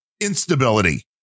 instability